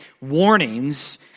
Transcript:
warnings